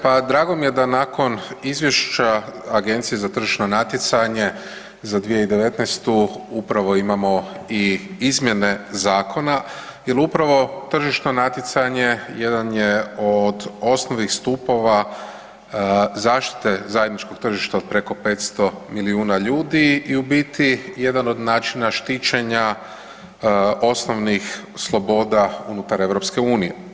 Pa drago mi je da nakon Izvješća Agencije za tržišno natjecanje za 2019. upravo imamo i izmjene Zakona jer upravo tržišno natjecanje jedan je od osnovnih stupova zaštite zajedničkog tržišta od preko 500 milijuna ljudi i u biti jedan od načina štićenja osnovnih sloboda unutar Europske unije.